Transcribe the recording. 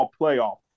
playoff